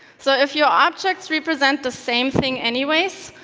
so, if your objects represent the same thing anyways,